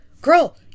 girl